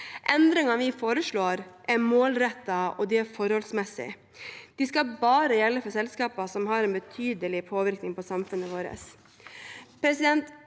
Endringene vi foreslår, er målrettede og forholdsmessige. De skal bare gjelde for selskaper som har en betydelig påvirkning på samfunnet vårt.